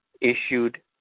issued